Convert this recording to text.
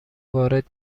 وارد